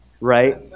right